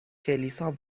کلیسا